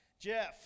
Jeff